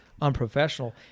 unprofessional